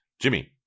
Jimmy